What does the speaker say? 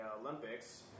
Olympics